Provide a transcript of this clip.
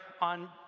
on